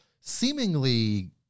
seemingly